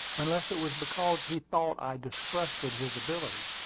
unless it was because he thought i distrusted his ability.